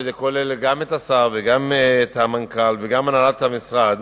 שכולל גם את השר וגם את המנכ"ל וגם הנהלת המשרד,